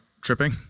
tripping